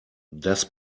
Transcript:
das